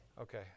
Okay